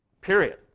Period